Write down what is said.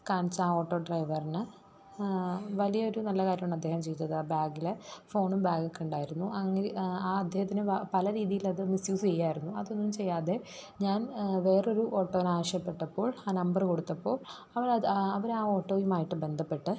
കാണിച്ച ആ ഓട്ടോ ഡ്രൈവറിന് വലിയൊരു നല്ല കാര്യമാണ് അദ്ദേഹം ചെയ്തത് ആ ബാഗിലെ ഫോണും ബാഗൊക്കെ ഉണ്ടായിരുന്നു എങ്കിൽ ആ അദ്ദേഹത്തിന് പല രീതിയിലത് മിസ്യൂസ് ചെയ്യാമായിരുന്നു അതൊന്നും ചെയ്യാതെ ഞാൻ വേറൊരു ഓട്ടോനാവശ്യപ്പെട്ടപ്പോൾ ആ നമ്പർ കൊടുത്തപ്പോൾ അവരത് അവരാ ഓട്ടോയുമായിട്ട് ബന്ധപ്പെട്ട്